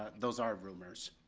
those are rumors.